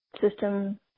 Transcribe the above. system